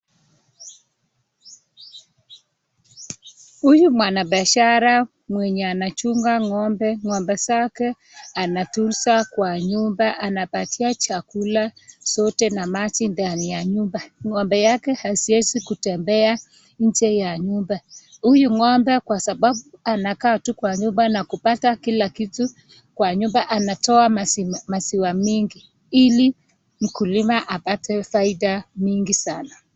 Huyu mwana biashara mwenye anachunga ng'ombe zake anatunza kwa nyumba anapiatia chakula na maji zote ndani ya nyumba. Ng'ombe yake haziwezi kutembea nje ya nyumba, huyu ng'ombe kwa sababu anakaa tu kwa nyumba na kupata kila kitu kwa nyumba anatoa maziwa mingi ili mkulima apate faida mingi sana.